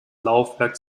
laufwerk